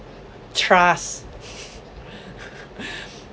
trust